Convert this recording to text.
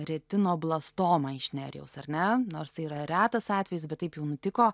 retinoblastomą iš nerijaus ar ne nors tai yra retas atvejis bet taip jau nutiko